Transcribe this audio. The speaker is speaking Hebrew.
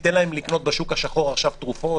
תיתן להם לקנות בשוק השחור תרופות?